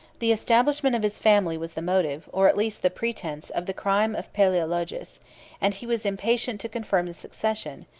the establishment of his family was the motive, or at least the pretence, of the crime of palaeologus and he was impatient to confirm the succession,